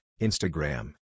Instagram